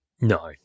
No